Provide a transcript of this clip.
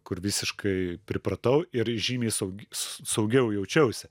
kur visiškai pripratau ir žymiai saug s saugiau jaučiausi